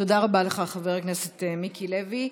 תודה רבה לך, חבר הכנסת מיקי לוי.